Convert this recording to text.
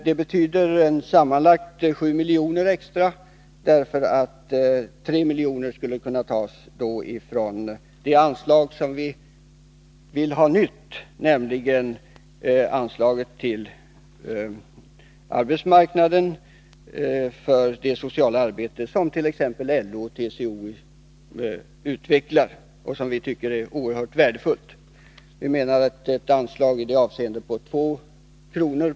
Det betyder sammanlagt 7 milj.kr. extra, för 3 miljoner skulle kunna tas från det nya anslag vi vill ha, nämligen anslaget till arbetsmarknaden för det sociala arbete som t.ex. LO och TCO utvecklar, och som vi tycker är oerhört värdefullt. Vi menar att ett anslag i det avseendet på2 kr.